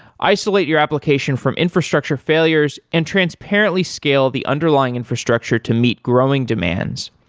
isolate your application from infrastructure failures and transparently scale the underlying infrastructure to meet growing demands,